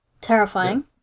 Terrifying